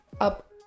up